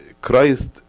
Christ